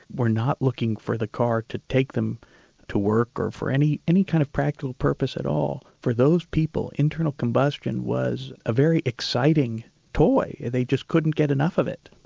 were not looking for the car to take them to work or for any any kind of practical purpose at all for those people, internal combustion was a very exciting toy, they just couldn't get enough of it.